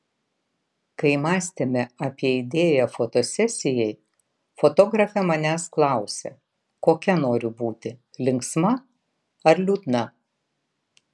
kai mąstėme apie idėją fotosesijai fotografė manęs klausė kokia noriu būti linksma ar liūdna